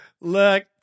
Look